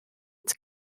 its